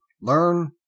learn